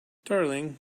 darling